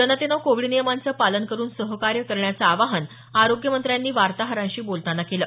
जनतेनं कोविड नियमांचं पालन करुन सहकार्य करण्याचं आवाहन आरोग्यमंत्र्यांनी वार्ताहरांशी बोलताना केलं